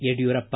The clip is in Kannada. ಯಡಿಯೂರಪ್ಪ